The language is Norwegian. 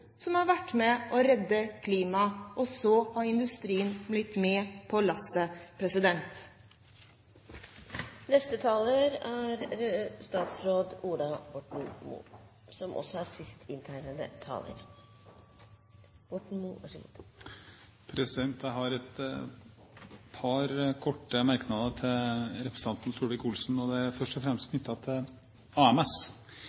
som har vært med på å redde klimaet – og så har industrien blitt med på lasset? Jeg har et par korte merknader til representanten Solvik-Olsen. Det er først og fremst